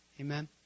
Amen